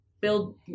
build